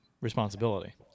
responsibility